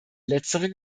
letztere